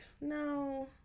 no